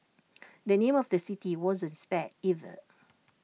the name of the city wasn't spared either